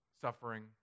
suffering